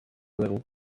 little